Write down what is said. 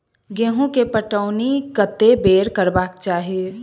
गेंहूँ केँ पटौनी कत्ते बेर करबाक चाहि?